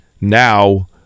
now